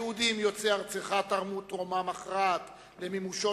היהודים יוצאי ארצך תרמו תרומה מכרעת למימושו